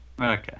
Okay